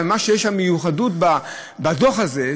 ומה שיש מיוחדוּת בדוח הזה,